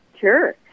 Sure